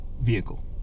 vehicle